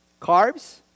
Carbs